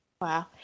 Wow